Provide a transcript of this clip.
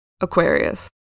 Aquarius